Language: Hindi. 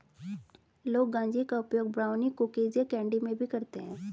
लोग गांजे का उपयोग ब्राउनी, कुकीज़ या कैंडी में भी करते है